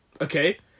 Okay